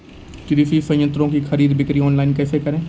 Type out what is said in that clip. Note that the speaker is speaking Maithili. कृषि संयंत्रों की खरीद बिक्री ऑनलाइन कैसे करे?